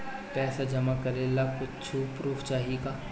पैसा जमा करे ला कुछु पूर्फ चाहि का?